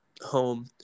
home